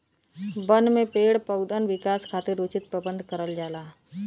बन में पेड़ पउधन विकास खातिर उचित प्रबंध करल जाला